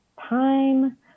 time